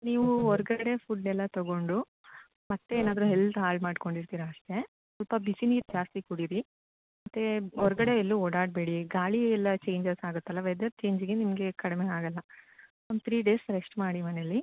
ನೀವು ಹೊರ್ಗಡೆ ಫುಡ್ಡೆಲ್ಲ ತಗೊಂಡು ಮತ್ತೇನಾದರೂ ಹೆಲ್ತ್ ಹಾಳು ಮಾಡಿಕೊಂಡಿರ್ತಿರ ಅಷ್ಟೇ ಸ್ವಲ್ಪ ಬಿಸಿನೀರು ಜಾಸ್ತಿ ಕುಡೀರಿ ಮತ್ತು ಹೊರ್ಗಡೆ ಎಲ್ಲೂ ಓಡಾಡಬೇಡಿ ಗಾಳಿಯೆಲ್ಲ ಚೇಂಜಸ್ ಆಗುತ್ತಲ್ಲ ವೆದರ್ ಚೇಂಜಿಗೆ ನಿಮಗೆ ಕಡಿಮೆ ಆಗೋಲ್ಲ ಒಂದು ತ್ರಿ ಡೇಸ್ ರೆಶ್ಟ್ ಮಾಡಿ ಮನೆಯಲ್ಲಿ